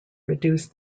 reduce